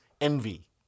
envy